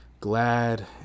glad